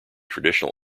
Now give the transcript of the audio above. traditional